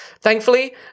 Thankfully